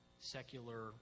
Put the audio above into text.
secular